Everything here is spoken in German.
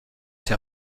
der